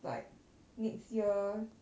like next year